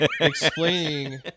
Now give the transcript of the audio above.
explaining